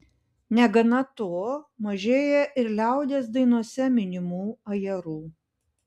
negana to mažėja ir liaudies dainose minimų ajerų